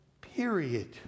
period